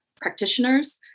practitioners